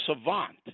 savant